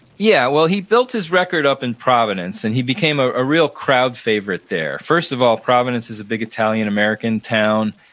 yeah. well, he built his record up in providence, and he became ah a real crowd favorite there. first of all, providence is a big italian american town,